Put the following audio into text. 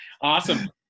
Awesome